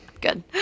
good